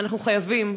אנחנו חייבים,